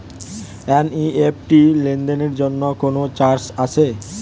NEFT লেনদেনের জন্য কোন চার্জ আছে?